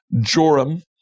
Joram